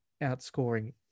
outscoring